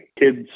kids